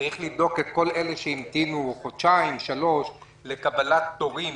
צריך לבדוק את כל אלה שהמתינו חודשיים שלושה חודשים לקבלת תורים